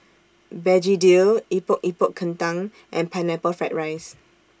Begedil Epok Epok Kentang and Pineapple Fried Rice